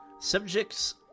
Subjects